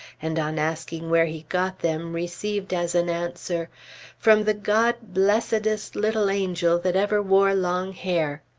and on asking where he got them, received as an answer from the god blessedest little angel that ever wore long hair!